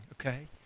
okay